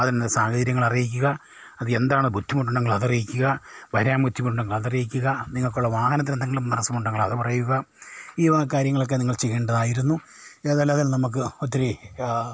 അതിനുള്ള സാഹചര്യങ്ങൾ അറിയിക്കുക അത് എന്താണ് ബുദ്ധിമുട്ടെങ്കിൽ അത് അറിയിക്കുക വരാൻ ബുദ്ധിമുട്ടുണ്ടെങ്കിൽ അത് അറിയിക്കുക നിങ്ങൾക്കുള്ള വാഹനത്തിനെന്തെങ്കിലും തടസമുണ്ടെങ്കിൽ അത് പറയുക ഈവക കാര്യങ്ങളൊക്കെ നിങ്ങൾ ചെയ്യേണ്ടതായിരുന്നു ഏതായാലും അതിൽ നമുക്ക് ഒത്തിരി